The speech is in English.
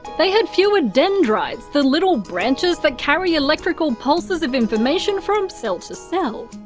they had fewer dendrites, the little branches that carry electrical pulses of information from cell to cell.